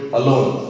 alone